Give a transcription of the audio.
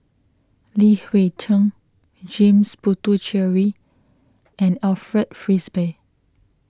Li Hui Cheng James Puthucheary and Alfred Frisby